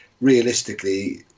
realistically